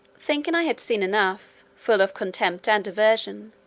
thinking i had seen enough, full of contempt and aversion,